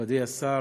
מכובדי השר,